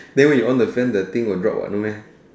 the wait you on the fan the thing will drop what no meh